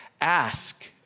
Ask